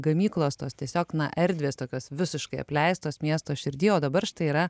gamyklos tos tiesiog na erdvės tokios visiškai apleistos miesto širdy o dabar štai yra